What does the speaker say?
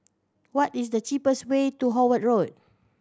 what is the cheapest way to Howard Road